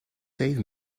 save